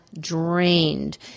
drained